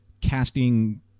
casting